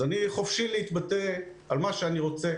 אז אני חופשי להתבטא על מה שאני רוצה,